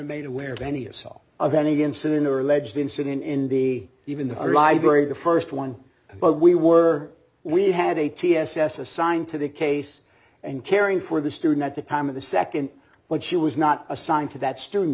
made aware of any assault of any incident or ledge the incident in the even the library the st one but we were we had a t s s assigned to the case and caring for the student at the time of the nd but she was not assigned to that student